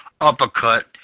uppercut